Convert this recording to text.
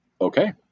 Okay